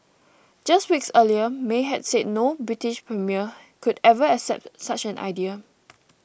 just weeks earlier May had said no British premier could ever accept such an idea